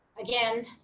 Again